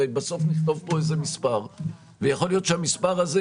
בסוף נכתוב כאן איזה מספר ויכול להיות שהמספר הזה,